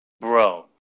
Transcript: bro